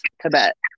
Tibet